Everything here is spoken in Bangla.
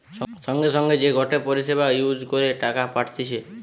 সঙ্গে সঙ্গে যে গটে পরিষেবা ইউজ করে টাকা পাঠতিছে